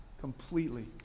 completely